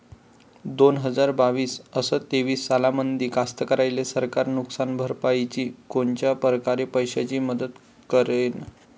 दोन हजार बावीस अस तेवीस सालामंदी कास्तकाराइले सरकार नुकसान भरपाईची कोनच्या परकारे पैशाची मदत करेन?